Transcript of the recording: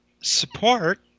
support